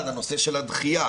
הנושא של הדחייה.